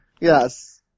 Yes